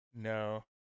No